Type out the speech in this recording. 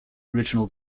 original